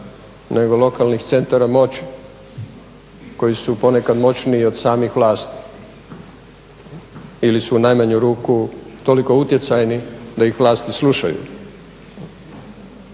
nego lokalnih centara moći koji su ponekad moćniji i od samih vlasti ili su u najmanju ruku toliko utjecajni da ih vlasti slušaju.